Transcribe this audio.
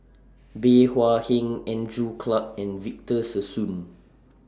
Bey Hua Heng Andrew Clarke and Victor Sassoon